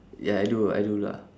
ya I do I do lah